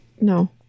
no